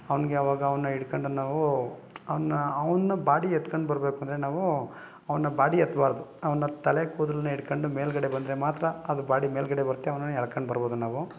ಅವ್ನಿಗೆ ಆವಾಗ ಅವನನ್ನ ಹಿಡ್ಕಂಡು ನಾವು ಅವನನ್ನ ಅವನ್ನ ಬಾಡಿ ಎತ್ಕಂಡು ಬರ್ಬೇಕಂದರೆ ನಾವು ಅವನನ್ನ ಬಾಡಿ ಎತ್ತಬಾರ್ದು ಅವನನ್ನ ತಲೆ ಕೂದಲನ್ನ ಹಿಡ್ಕಂಡು ಮೇಲುಗಡೆ ಬಂದರೆ ಮಾತ್ರ ಅದು ಬಾಡಿ ಮೇಲುಗಡೆ ಬರತ್ತೆ ಅವನನ್ನ ಎಳ್ಕಂಡು ಬರ್ಬೋದು ನಾವು